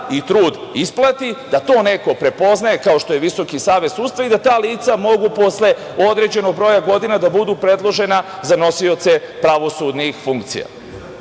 i trud isplati i da to neko prepoznaje kao što je VSS i da ta lica mogu posle određenog broja godina da budu predložena za nosioce pravosudne funkcije. Ono